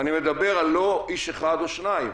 ואני לא מדבר על איש אחד או שניים,